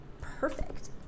perfect